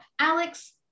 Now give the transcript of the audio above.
Alex